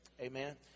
Amen